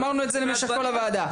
אמרנו את זה למשך כל הוועדה.